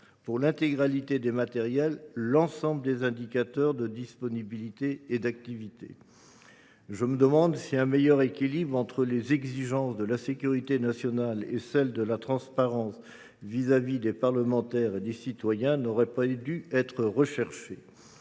pour l’intégralité des matériels, l’ensemble des indicateurs de disponibilité et d’activité. Je me demande si un meilleur équilibre entre les exigences de la sécurité nationale et celles de la transparence à l’égard des parlementaires et des citoyens n’aurait pas dû être recherché.